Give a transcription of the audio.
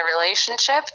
relationship